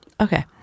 Okay